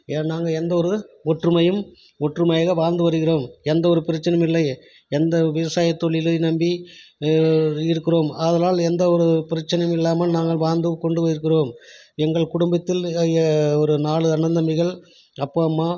ஏ நாங்கள் எந்த ஒரு ஒற்றுமையும் ஒற்றுமையாக வாழ்ந்து வருகிறோம் எந்த ஒரு பிரச்சினையும் இல்லை எந்த விவசாயத் தொழிலை நம்பி இருக்கிறோம் அதனால் எந்த ஒரு பிரச்சினையும் இல்லாமல் நாங்கள் வாழ்ந்துக் கொண்டு இருக்கிறோம் எங்கள் குடும்பத்தில் எ ஒரு நாலு அண்ணன் தம்பிகள் அப்பா அம்மா